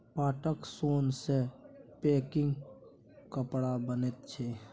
पाटक सोन सँ पैकिंग कपड़ा बनैत छै